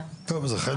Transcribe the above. טוב, זה חלק מההנגשה.